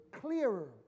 clearer